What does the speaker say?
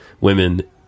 women